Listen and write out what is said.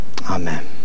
amen